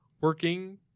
Working